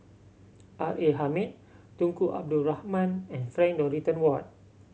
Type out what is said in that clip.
R A Hamid Tunku Abdul Rahman and Frank Dorrington Ward